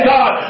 God